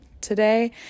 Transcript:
today